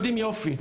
יודעים יופי,